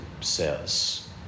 says